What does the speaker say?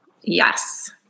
Yes